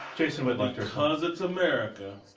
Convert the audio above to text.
jason whitlock. because it's america,